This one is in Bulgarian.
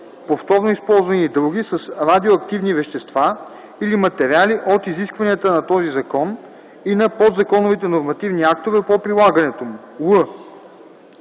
повторно използване и др.) с радиоактивни вещества или материали от изискванията на този закон и на подзаконовите нормативни актове по прилагането му.”;